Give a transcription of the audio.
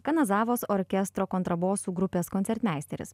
kanazavos orkestro kontrabosų grupės koncertmeisteris